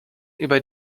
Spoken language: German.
über